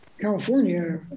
California